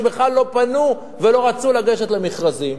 ובכלל לא פנו ולא רצו לגשת למכרזים.